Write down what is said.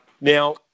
Now